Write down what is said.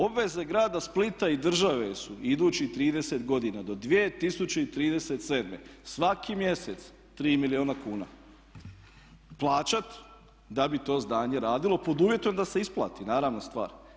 Obveze grada Splita i države su idućih 30 godina do 2037. svaki mjesec 3 milijuna kuna plaćati da bi to zdanje radilo pod uvjetom da se isplati, naravna stvar.